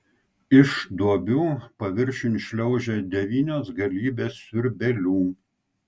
iš duobių paviršiun šliaužia devynios galybės siurbėlių